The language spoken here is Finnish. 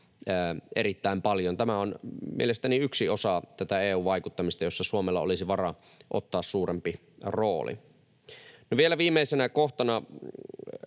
erittäin paljon. Tämä on mielestäni yksi osa tätä EU-vaikuttamista, jossa Suomella olisi varaa ottaa suurempi rooli. No, vielä viimeisenä kohtana,